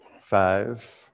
Five